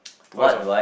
what is your